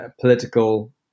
political